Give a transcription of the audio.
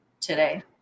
today